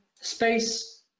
space